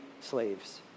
slaves